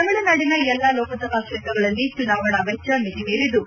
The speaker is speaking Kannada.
ತಮಿಳುನಾಡಿನ ಎಲ್ಲಾ ಲೋಕಸಭಾ ಕ್ಷೇತ್ರಗಳಲ್ಲಿ ಚುನಾವಣಾ ವೆಚ್ಚ ಮಿತಿಮೀರಿದ್ದು